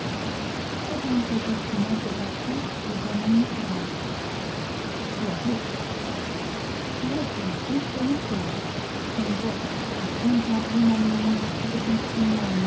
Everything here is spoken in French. la pipe je suis la pipe d'un auteur on voit à contempler ma mine